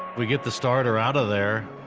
we get the starter out of there.